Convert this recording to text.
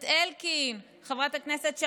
חבר הכנסת אלקין,